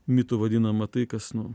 mitu vadinama tai kas nu